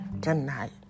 tonight